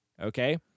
Okay